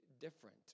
different